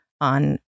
on